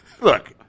Look